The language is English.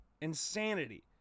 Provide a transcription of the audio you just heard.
Insanity